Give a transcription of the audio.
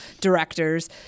directors